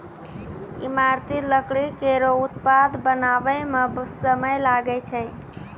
ईमारती लकड़ी केरो उत्पाद बनावै म समय लागै छै